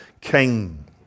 king